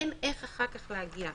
אין איך להגיע אחר כך.